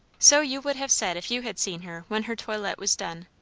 so you would have said if you had seen her when her toilette was done.